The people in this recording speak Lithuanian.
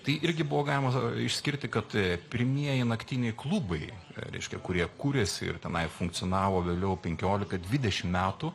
tai irgi buvo galima išskirti kad pirmieji naktiniai klubai reiškia kurie kūrėsi ir tenai funkcionavo vėliau penkiolika dvidešim metų